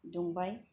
दुंबाय